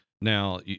now